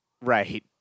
Right